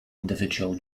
individual